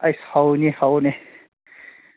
ꯑꯩꯁ ꯍꯥꯎꯅꯤ ꯍꯥꯎꯅꯤ